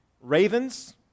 ravens